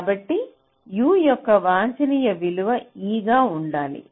కాబట్టి U యొక్క వాంఛనీయ విలువ e గా ఉండాలి